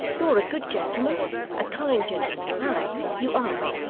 you're a good gentleman a kind gentleman ay, you are.